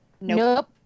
Nope